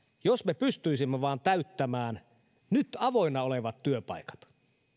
jos me pystyisimme vain täyttämään nyt avoinna olevat työpaikat